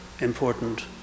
important